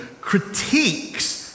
critiques